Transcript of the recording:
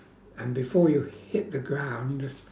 and before you hit the ground